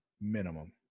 Minimum